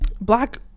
black